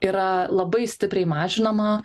yra labai stipriai mažinama